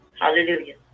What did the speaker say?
Hallelujah